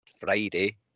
friday